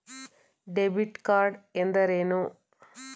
Debit card ಎಂದರೇನು?